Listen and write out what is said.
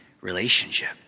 relationship